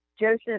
Joseph